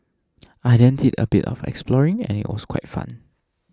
I then did a bit of exploring and it was quite fun